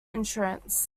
insurance